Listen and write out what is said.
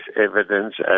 evidence